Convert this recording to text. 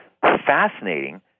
fascinating